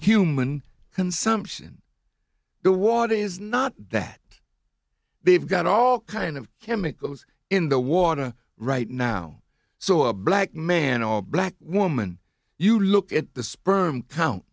human consumption the water is not that they've got all kinds of chemicals in the water right now so a black man or black woman you look at the sperm count